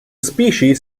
species